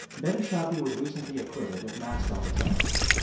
betty shelby was recently acquitted of manslaughter charges.